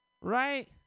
right